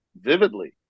vividly